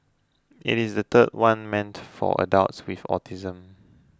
it is the third one meant for adults with autism